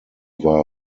war